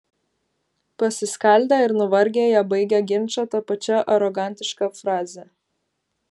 pasiskaldę ir nuvargę jie baigia ginčą ta pačia arogantiška fraze